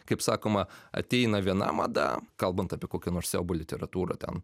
kaip sakoma ateina viena mada kalbant apie kokią nors siaubo literatūrą ten